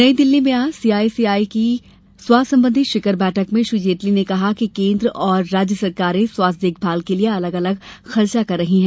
नई दिल्ली में आज सी आई आई की स्वास्थ्य संबंधी शिखर बैठक में श्री जेटली ने कहा कि केन्द्र और राज्य सरकारें स्वास्थ्य देखभाल के लिए अलग अलग खर्चा कर रही हैं